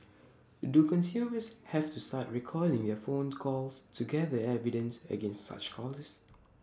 do consumers have to start recording their phone calls to gather evidence against such callers